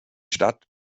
stadt